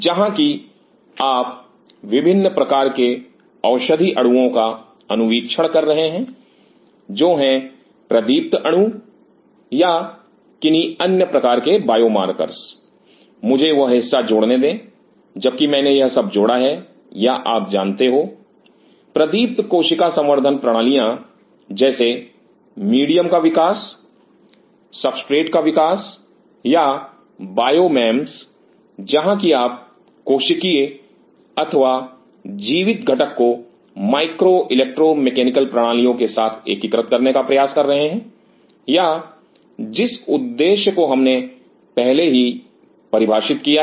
जहां की आप विभिन्न प्रकार के औषधि अणुओं का अनुवीक्षण कर रहे हैं जो है प्रतिदीप्त अणु या किन्ही प्रकार के बायोमाकर्स मुझे वह हिस्सा जोड़ने दे जबकि मैंने यह सब जोड़ा है या आप जानते हो प्रतिदीप्तकोशिका संवर्धन प्रणालियां जैसे मीडियम का विकास सबस्ट्रेट का विकास या बायो मैम्स जहां कि आप कोशिकीय अथवा जीवित घटक को माइक्रो इलेक्ट्रोमैकेनिकल प्रणालियों के साथ एकीकृत करने का प्रयास कर रहे हैं या जिस उद्देश्य को हमने पहले ही परिभाषित किया है